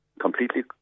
completely